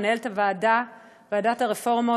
מנהלת ועדת הרפורמות,